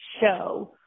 show